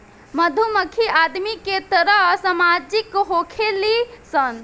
मधुमक्खी आदमी के तरह सामाजिक होखेली सन